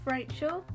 Rachel